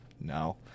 no